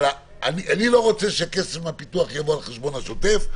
אבל אני לא רוצה שכסף מהפיתוח יבוא על חשבון השוטף,